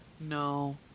No